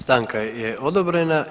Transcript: Stanka je odobrena.